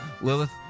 Lilith